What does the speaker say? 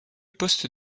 poste